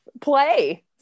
play